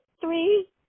three